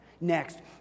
Next